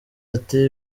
ati